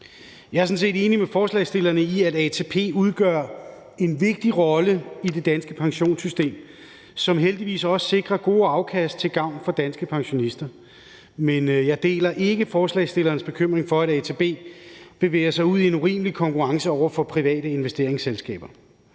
Jeg er sådan set enig med forslagsstillerne i, at ATP spiller en vigtig rolle i det danske pensionssystem, som heldigvis også sikrer gode afkast til gavn for danske pensionister. Men jeg deler ikke forslagsstillernes bekymring for, at ATP bevæger sig ud i en urimelig konkurrence over for private investeringsselskaber.